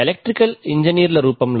electrical ఇంజనీర్ల రూపంలో